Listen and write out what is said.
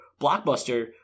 blockbuster